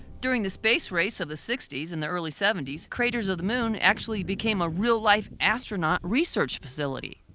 during the space race of the sixty s and the e early seventy s craters of the moon actually became a real life astronaut research facility.